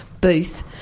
booth